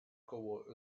cover